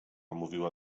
mówiła